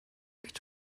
гэж